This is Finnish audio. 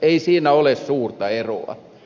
ei siinä ole suurta eroa